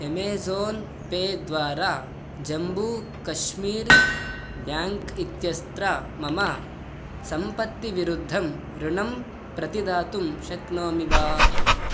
Amazon Pay द्वारा Jammu Kashmir bank इत्यत्र मम सम्पत्तिविरुद्धं ऋणं प्रतिदातुं शक्नोमि वा